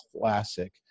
classic